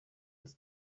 its